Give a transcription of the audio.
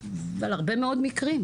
אבל יש הרבה מאוד מקרים,